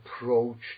approach